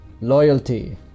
Loyalty